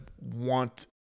want